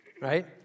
right